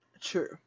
True